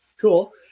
cool